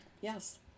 Yes